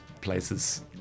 places